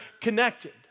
connected